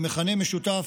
במכנה משותף.